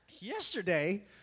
Yesterday